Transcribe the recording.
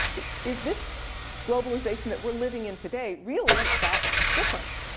is this globalization that we're living in today really that different?